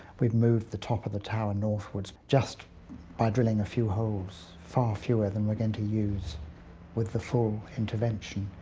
we've moved the top of the tower northwards just by drilling a few holes. far fewer than we are going to use with the full intervention.